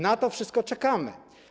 Na to wszystko czekamy.